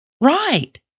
Right